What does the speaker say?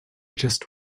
just